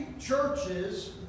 churches